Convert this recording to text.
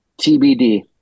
tbd